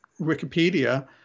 Wikipedia